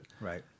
Right